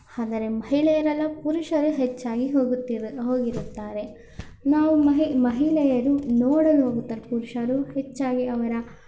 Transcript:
ಆದರೆ ಮಹಿಳೆಯರೆಲ್ಲ ಪುರುಷರೇ ಹೆಚ್ಚಾಗಿ ಹೋಗುತ್ತೇವೆ ಹೋಗಿರುತ್ತಾರೆ ನಾವು ಮಹಿಳಾ ಮಹಿಳೆಯರು ನೋಡಲು ಹೋಗುತ್ತಾರೆ ಪುರುಷರು ಹೆಚ್ಚಾಗಿ ಅವರ